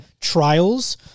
trials